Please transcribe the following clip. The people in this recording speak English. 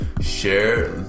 share